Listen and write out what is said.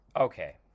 Okay